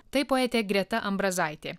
tai poetė greta ambrazaitė